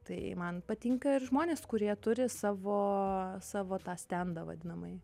tai man patinka ir žmonės kurie turi savo savo tą tendą vadinamąjį